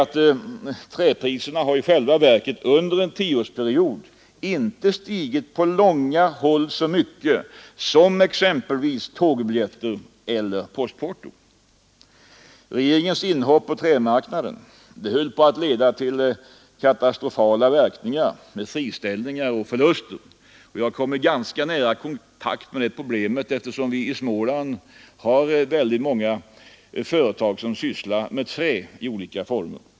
Träpriserna har i själva verket under en tioårsperiod inte stigit på långa håll så mycket som exempelvis tågbiljetter och postporto. Regeringens inhopp på trämarknaden höll på att leda till katastrofala verkningar med friställningar och förluster. Jag har kommit i ganska nära kontakt med det problemet, eftersom vi i Småland har väldigt många företag som sysslar med trä i olika former.